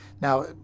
Now